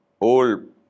old